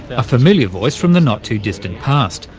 a familiar voice from the not-too-distant past,